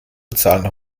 bezahlen